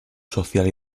social